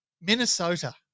Minnesota